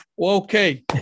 Okay